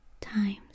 times